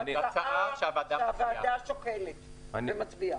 זו הצעה שהוועדה שוקלת ומצביעה.